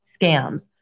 scams